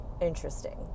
interesting